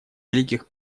великих